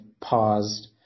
paused